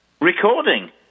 recording